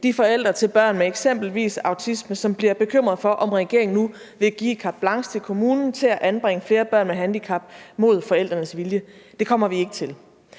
de forældre til børn med eksempelvis autisme, som bliver bekymret for, om regeringen nu vil give et carte blanche til kommunen til at anbringe flere børn med handicap mod forældrenes vilje. Det kommer vi ikke til.